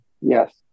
Yes